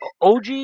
OG